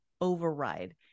override